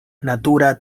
natura